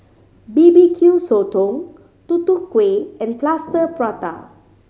B B Q Sotong Tutu Kueh and Plaster Prata